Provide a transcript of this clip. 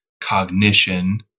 cognition